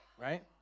right